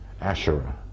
Asherah